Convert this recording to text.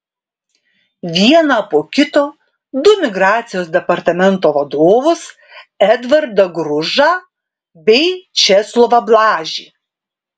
vieną po kito du migracijos departamento vadovus edvardą gružą bei česlovą blažį